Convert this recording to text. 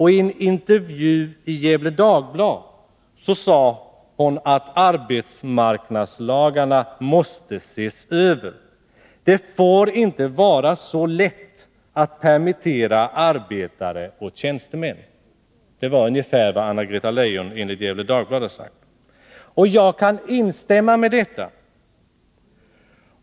I en intervju i Gefle Dagblad sade hon att arbetsmarknadslagarna måste ses över. Det får inte vara så lätt att permittera arbetare och tjänstemän — det var ungefär vad Anna-Greta Leijon enligt Gefle Dagblad sade. Jag kan instämma i detta.